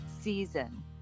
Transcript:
season